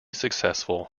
successful